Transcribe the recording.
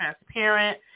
transparent